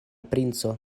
princo